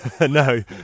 No